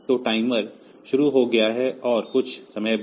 तो टाइमर शुरू हो गया है और कुछ समय बाद